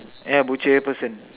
yeah butcher person